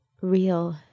real